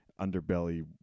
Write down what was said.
underbelly